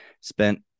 spent